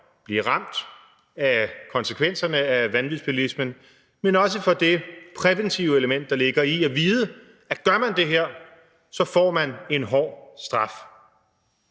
blive ramt af konsekvenserne af vanvidsbilisme, men også i forhold til det præventive element, der ligger i at vide, at gør man det her, får man en hård straf.